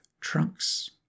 trunks